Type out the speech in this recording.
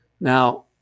Now